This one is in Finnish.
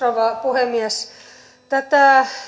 rouva puhemies tätä